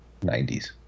90s